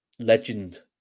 Legend